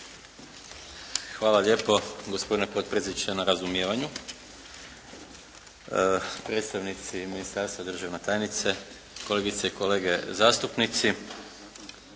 Hvala lijepo gospodine potpredsjedniče na razumijevanju. Predstavnici ministarstva, državna tajnice, kolegice i kolege zastupnici.